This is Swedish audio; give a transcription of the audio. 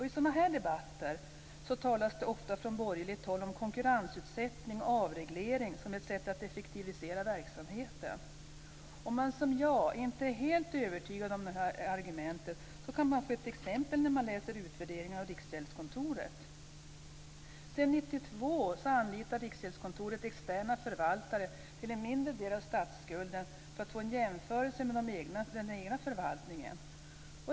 I sådana debatter talas det ofta från borgerligt håll om konkurrensutsättning och avreglering som ett sätt att effektivisera verksamheten. Om man som jag inte är helt övertygad om dessa argument kan man få ett exempel när man läser utvärderingen av Riksgäldskontoret. Sedan 1992 anlitar Riksgäldskontoret externa förvaltare till en mindre del av statsskulden för att få en jämförelse med den egna förvaltningen.